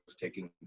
taking